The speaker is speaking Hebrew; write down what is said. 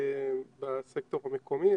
בסקטור המקומי,